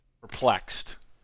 perplexed